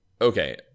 Okay